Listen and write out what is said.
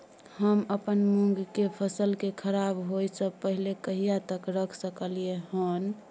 हम अपन मूंग के फसल के खराब होय स पहिले कहिया तक रख सकलिए हन?